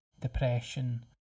depression